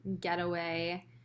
getaway